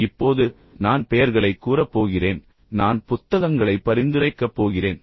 இப்போது நான் பெயர்களைக் கூறப் போகிறேன் நான் புத்தகங்களை பரிந்துரைக்கப் போகிறேன்